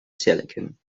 silicon